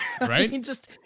Right